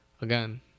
again